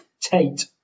Tate